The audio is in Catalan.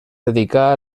dedicà